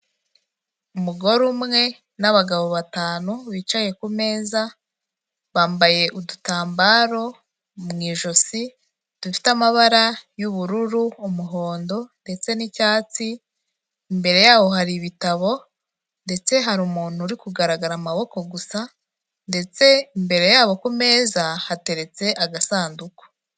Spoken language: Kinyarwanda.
Umugore umwe n'abagabo batanu bicaye ku meza, bambaye udutambaro mu ijosi, dufite amabara y'ubururu, umuhondo ndetse n'icyatsi, imbere yabo hari ibitabo ndetse hari umuntu uri kugaragara amaboko gusa, ndetse imbere yabo ku meza hateretse agasanduku.